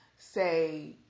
say